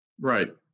Right